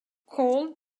called